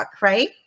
right